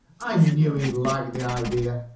i knew he'd like the idea!